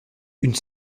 une